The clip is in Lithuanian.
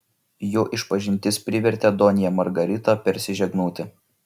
jo išpažintis privertė donją margaritą persižegnoti